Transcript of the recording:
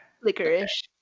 Licorice